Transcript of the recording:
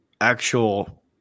actual